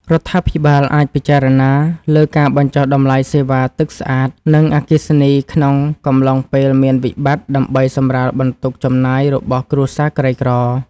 រដ្ឋាភិបាលអាចពិចារណាលើការបញ្ចុះតម្លៃសេវាទឹកស្អាត និងអគ្គិសនីក្នុងកំឡុងពេលមានវិបត្តិដើម្បីសម្រាលបន្ទុកចំណាយរបស់គ្រួសារក្រីក្រ។